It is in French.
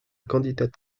candidate